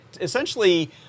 essentially